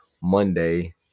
Monday